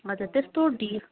हजुर त्यस्तो ढि